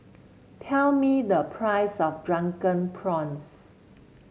tell me the price of Drunken Prawns